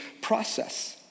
process